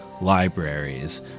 libraries